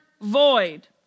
void